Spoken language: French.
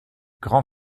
grand